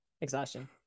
exhaustion